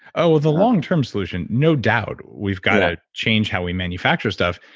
oh, the long-term solution, no doubt we've got to change how we manufacture stuff.